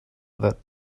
that